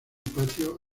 patio